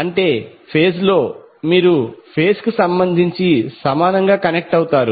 అంటే ఫేజ్ లో మీరు ఫేజ్ కు సంబంధించి సమానంగా కనెక్ట్ అవుతారు